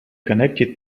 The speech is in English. connected